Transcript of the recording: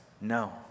no